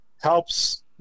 Helps